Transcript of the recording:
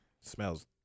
Smells